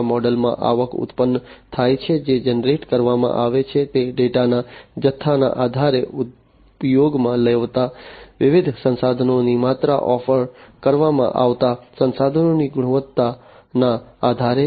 આ મોડેલમાં આવક ઉત્પન્ન થાય છે જે જનરેટ કરવામાં આવે છે તે ડેટાના જથ્થાના આધારે ઉપયોગમાં લેવાતા વિવિધ સંસાધનોની માત્રા ઓફર કરવામાં આવતા સંસાધનોની ગુણવત્તાના આધારે